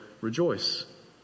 rejoice